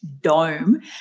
dome